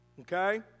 Okay